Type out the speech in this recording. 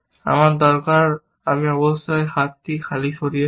আমার দরকার আমি অবশ্যই হাতটি খালি সরিয়ে ফেলি